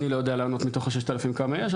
אני לא יודע לענות מתוך ה-6,000 כמה יש,